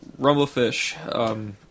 Rumblefish